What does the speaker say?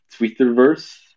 Twitterverse